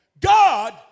God